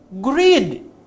Greed